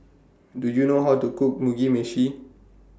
Do YOU know How to Cook Mugi Meshi